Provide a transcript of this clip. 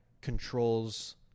controls